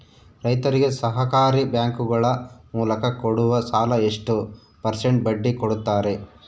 ರೈತರಿಗೆ ಸಹಕಾರಿ ಬ್ಯಾಂಕುಗಳ ಮೂಲಕ ಕೊಡುವ ಸಾಲ ಎಷ್ಟು ಪರ್ಸೆಂಟ್ ಬಡ್ಡಿ ಕೊಡುತ್ತಾರೆ?